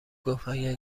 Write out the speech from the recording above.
گفتاگر